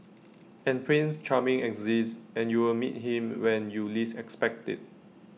and prince charming exists and you will meet him when you least expect IT